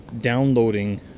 downloading